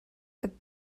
but